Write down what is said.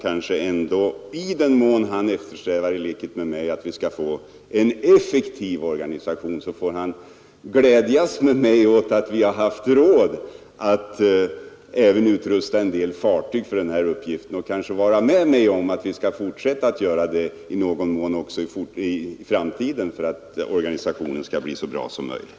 I likhet med mig eftersträvar ju herr Torwald en effektiv organisation, och då får han kanske glädjas med mig åt att vi har haft råd att utrusta en del fartyg för dessa uppgifter, och herr Torwald kanske också får hålla med om att vi får fortsätta att göra på samma sätt i framtiden för att organisationen skall bli så bra som möjligt.